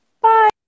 bye